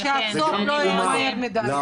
רק שיחזור ולא יהיה מהר מדי.